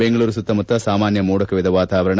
ಬೆಂಗಳೂರು ಸುತ್ತಮುತ್ತ ಸಾಮಾನ್ಯ ಮೋಡಕವಿದ ವಾತಾವರಣ